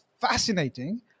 fascinating